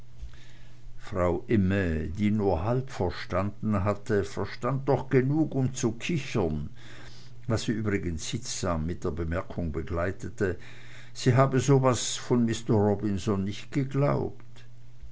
frau imme die nur halb verstanden hatte verstand doch genug um zu kichern was sie übrigens sittsam mit der bemerkung begleitete sie habe so was von mister robinson nicht geglaubt